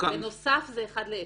בנוסף זה אחת ל-עשר.